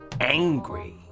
angry